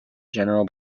general